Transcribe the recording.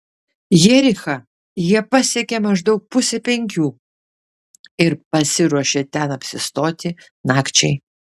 jerichą jie pasiekė maždaug pusę penkių ir pasiruošė ten apsistoti nakčiai